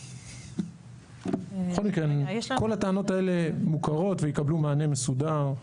כל הטענות האלה מוכרות ויקבלו מענה מסודר.